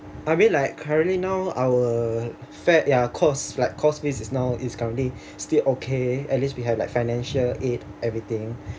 I mean like currently now our fat ya cost like cost is now is currently still okay at least we have like financial aid everything